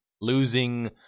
Losing